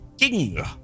king